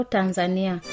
Tanzania